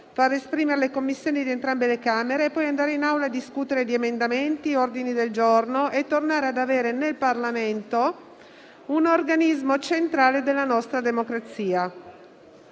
far esprimere le Commissioni di entrambe le Camere, discutere in Assemblea di emendamenti e ordini del giorno e tornare ad avere nel Parlamento un organismo centrale della nostra democrazia.